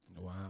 Wow